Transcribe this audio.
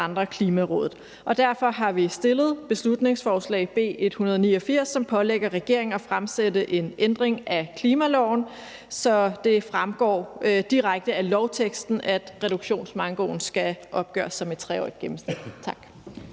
derfor har vi fremsat beslutningsforslag B 189, som pålægger regeringen at fremsætte et forslag om en ændring af klimaloven, så det fremgår direkte af lovteksten, at reduktionsmankoen skal opgøres som et 3-årigt gennemsnit.